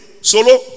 Solo